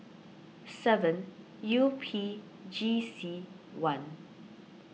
seven U P G C one